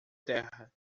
terra